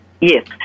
Yes